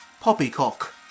Poppycock